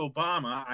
Obama